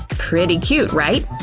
pretty cute, right?